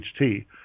HT